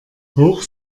hoch